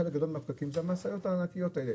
חלק גדול מהפקקים זה המשאיות הענקיות האלה.